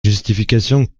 justification